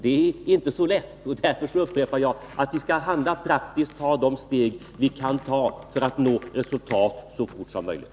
Det är inte så lätt, och därför upprepar jag att vi skall handla praktiskt och ta de steg vi kan ta för att nå resultat så fort som möjligt.